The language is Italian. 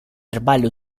verbale